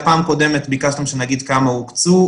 בפעם הקודמת ביקשתם שנגיד כמה הוקצו,